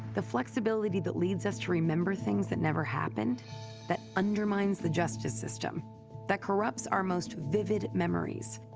the flexibility that leads us to remember things that never happened that undermines the justice system that corrupts our most vivid memories,